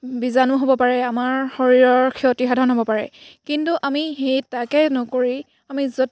বীজাণু হ'ব পাৰে আমাৰ শৰীৰৰ ক্ষতিসাধন হ'ব পাৰে কিন্তু আমি সেই তাকে নকৰি আমি য'ত